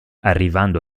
arrivando